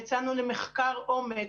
יצאנו למחקר עומק,